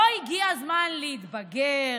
לא הגיע הזמן להתבגר,